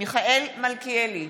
מיכאל מלכיאלי,